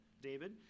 David